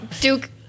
Duke